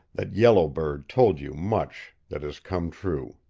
that yellow bird told you much that has come true.